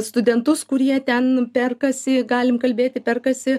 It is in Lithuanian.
studentus kurie ten perkasi galim kalbėti perkasi